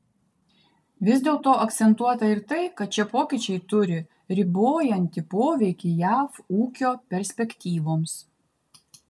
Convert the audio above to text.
vis dėlto akcentuota ir tai kad šie pokyčiai turi ribojantį poveikį jav ūkio perspektyvoms